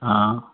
हँ